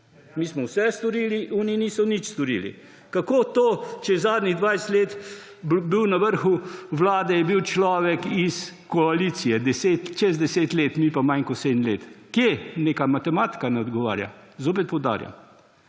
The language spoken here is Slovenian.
Mi smo vse storili, tisti niso nič storili. Kako to, če je zadnjih 20 let bil na vrhu vlade človek iz koalicije? Čez 10 let, mi pa manj kot 7 let. Kje? Neka matematika ne odgovarja. Zopet poudarjam.